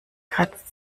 kratzt